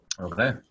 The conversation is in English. okay